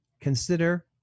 consider